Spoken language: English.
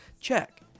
check